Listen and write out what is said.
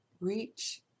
reach